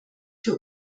für